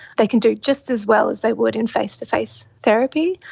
they can do just as well as they would in face-to-face therapy,